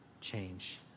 change